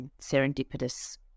serendipitous